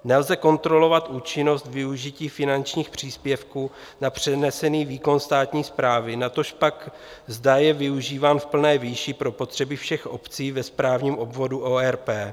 Nelze kontrolovat účinnost využití finančních příspěvků na přenesený výkon státní správy, natož pak zda je využíván v plné výši pro potřeby všech obcí ve správním obvodu ORP.